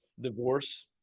divorce